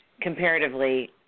comparatively –